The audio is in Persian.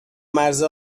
مرز